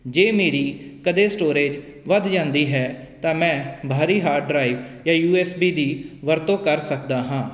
ਜੇ ਮੇਰੀ ਕਦੇ ਸਟੋਰੇਜ ਵੱਧ ਜਾਂਦੀ ਹੈ ਤਾਂ ਮੈਂ ਬਾਹਰੀ ਹਾਰਡ ਡਰਾਈਵ ਜਾਂ ਯੂਐਸਬੀ ਦੀ ਵਰਤੋਂ ਕਰ ਸਕਦਾ ਹਾਂ